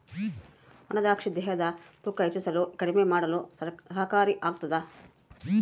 ಒಣ ದ್ರಾಕ್ಷಿ ದೇಹದ ತೂಕ ಹೆಚ್ಚಿಸಲು ಕಡಿಮೆ ಮಾಡಲು ಸಹಕಾರಿ ಆಗ್ತಾದ